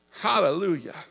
Hallelujah